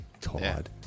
Todd